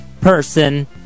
person